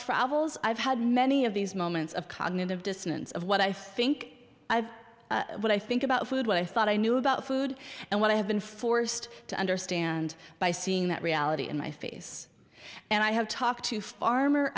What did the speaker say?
travels i've had many of these moments of cognitive dissonance of what i think i've what i think about food what i thought i knew about food and what i have been forced to understand by seeing that reality in my face and i have talked to farmer